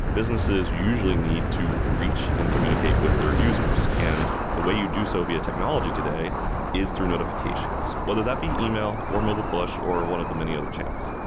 businesses usually need to reach and communicate with their users, and the way you do so via technology today is through notifications. whether that'd be email, or mobile push, or one of the many other channels.